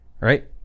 right